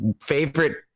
favorite